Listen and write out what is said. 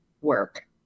work